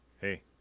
hey